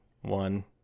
one